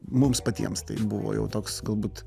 mums patiems tai buvo jau toks galbūt